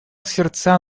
сердца